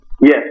Yes